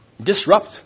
disrupt